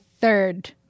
third